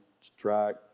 strike